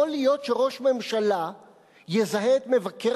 יכול להיות שראש ממשלה יזהה את מבקר